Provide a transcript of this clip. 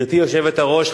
גברתי היושבת-ראש,